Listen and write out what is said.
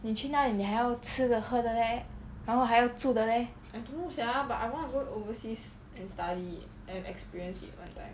你去那里你还要吃的喝的 leh 然后还要住的 leh